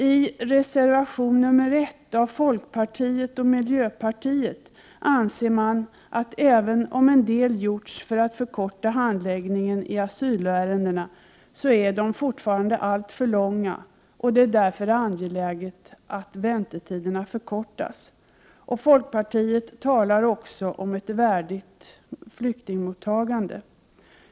I reservation nr 1 av folkpartiet och miljöpartiet anser man ”att handläggningstiderna i asylärenden fortfarande är alltför långa, även om en hel del har gjorts för att förkorta dem, och att det därför är angeläget att väntetiderna förkortas”. Folkpartiet talar också om ett värdigt flyktingmottagande.